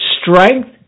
strength